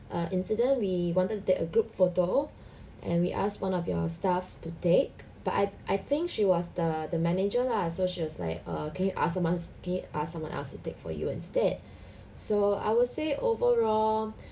err incident we wanted to take a group photo and we asked one of your staff to take but I I think she was the the manager lah so she was like err can you ask can you ask someone else to take for you instead so I would say overall